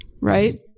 Right